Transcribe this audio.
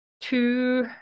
two